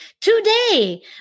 today